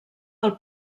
del